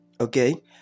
Okay